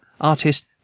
artist